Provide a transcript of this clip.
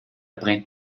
brennt